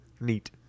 Neat